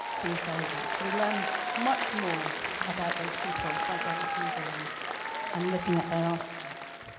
to be soldiers. so we learn much more about those people by going to museums and looking at their artifacts.